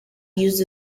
used